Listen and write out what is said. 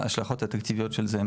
ההשלכות התקציביות של זה,